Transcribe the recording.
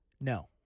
No